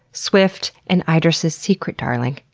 swift, and ah iddris's secret darling,